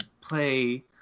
play